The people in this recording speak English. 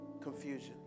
Confusion